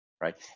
Right